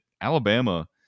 Alabama